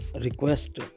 request